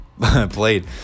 played